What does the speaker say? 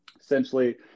Essentially